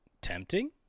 tempting